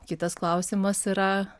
kitas klausimas yra